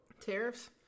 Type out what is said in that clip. tariffs